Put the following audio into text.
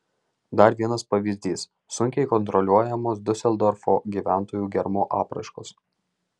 dar vienas pavyzdys sunkiai kontroliuojamos diuseldorfo gyventojų gerumo apraiškos